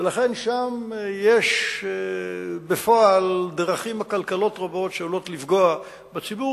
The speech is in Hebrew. ולכן שם יש בפועל דרכים עקלקלות רבות שעלולות לפגוע בציבור,